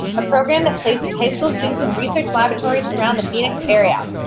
a program that places high school students in research laboratories around the phoenix area.